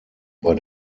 bei